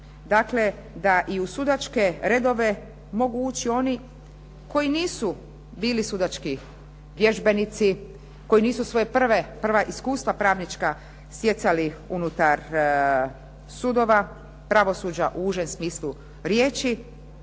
Dakle, da i u sudačke redove mogu ući oni koji nisu bili sudački vježbenici, koji nisu svoja prva iskustva pravnička stjecali unutar sudova, pravosuđa u užem smislu riječi,